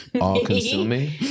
all-consuming